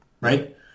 right